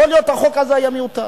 יכול להיות שהחוק הזה היה מיותר.